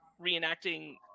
reenacting